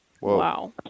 Wow